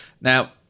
now